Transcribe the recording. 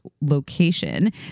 location